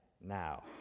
now